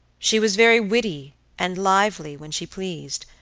she was very witty and lively when she pleased,